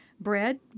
Bread